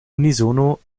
unisono